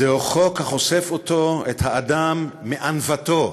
זהו חוק החושף אותו, את האדם, מענוותו,